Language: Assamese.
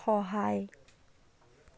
সহায়